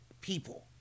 people